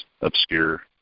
Obscure